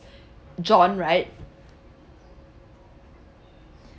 john right